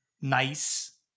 nice